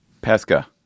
Pesca